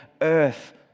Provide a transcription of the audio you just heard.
earth